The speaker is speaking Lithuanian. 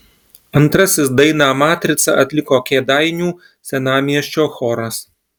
antrasis dainą matrica atliko kėdainių senamiesčio choras